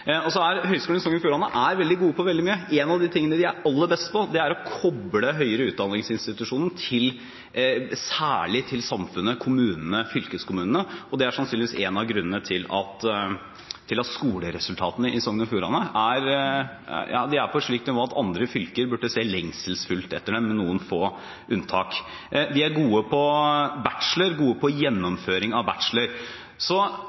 og Fjordane er veldig god på veldig mye. En av de tingene de er aller best på, er å koble den høyere utdanningsinstitusjonen til særlig samfunnet, kommunene og fylkeskommunen. Og det er sannsynligvis en av grunnene til at skoleresultatene i Sogn og Fjordane er på et slikt nivå at andre fylker burde se lengselsfullt etter dem – med noen få unntak. De er gode på bachelor, på gjennomføring av